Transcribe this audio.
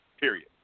period